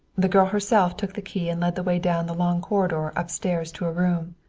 the girl herself took the key and led the way down the long corridor upstairs to a room.